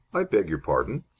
i beg your pardon?